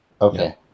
Okay